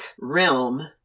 realm